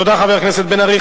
תודה, חבר הכנסת בן-ארי.